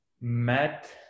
met